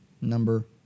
number